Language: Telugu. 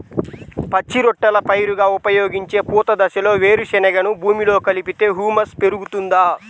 పచ్చి రొట్టెల పైరుగా ఉపయోగించే పూత దశలో వేరుశెనగను భూమిలో కలిపితే హ్యూమస్ పెరుగుతుందా?